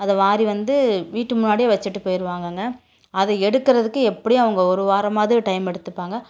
அதை வாரி வந்து வீட்டு முன்னாடியே வச்சிட்டு போய்டுவாங்கங்க அதை எடுக்கறதுக்கு எப்படியும் அவங்க ஒரு வாரமாவது டைம் எடுத்துப்பாங்க